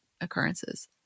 occurrences